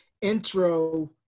intro